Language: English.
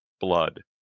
blood